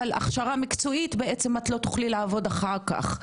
אבל הכשרה מקצועית בעצם את לא תוכלי לעבוד אחר כך,